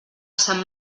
sant